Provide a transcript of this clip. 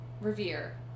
Revere